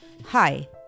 Hi